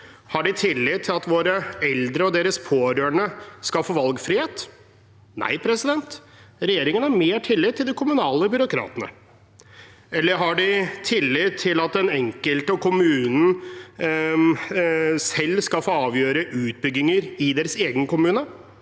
Har de tillit til at våre eldre og deres pårørende skal få valgfrihet? Nei, regjeringen har mer tillit til de kommunale byråkratene. Har de tillit til at den enkelte og kommunen selv skal få avgjøre utbygginger i deres egen kommune?